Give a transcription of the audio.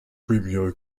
premio